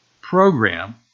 program